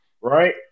Right